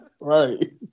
Right